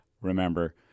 Remember